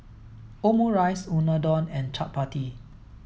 Omurice Unadon and Chapati